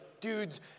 dudes